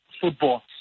football